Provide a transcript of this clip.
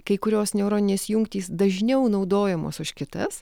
kai kurios neuroninės jungtys dažniau naudojamos už kitas